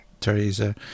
Teresa